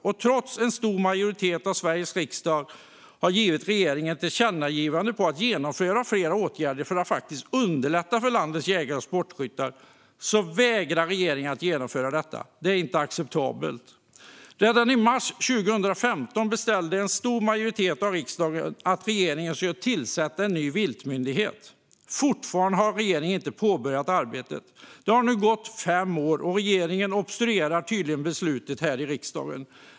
Och trots att en stor majoritet av Sveriges riksdag i ett tillkännagivande har uppmanat regeringen att vidta flera åtgärder för att underlätta för landets jägare och sportskyttar vägrar regeringen att genomföra detta. Det är inte acceptabelt. Redan i mars 2015 uppmanade en stor majoritet i riksdagen regeringen att inrätta en ny viltmyndighet. Regeringen har fortfarande inte påbörjat det arbetet. Det har nu gått fem år, och regeringen obstruerar tydligen mot beslutet här i riksdagen.